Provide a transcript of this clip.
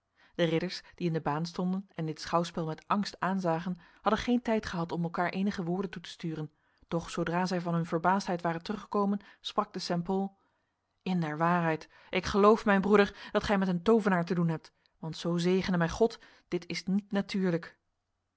de ridders die in de baan stonden en dit schouwspel met angst aanzagen hadden geen tijd gehad om elkaar enige woorden toe te sturen doch zodra zij van hun verbaasdheid waren teruggekomen sprak de st pol in der waarheid ik geloof mijn broeder dat gij met een tovenaar te doen hebt want zo zegene mij god dit is niet natuurlijk